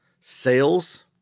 sales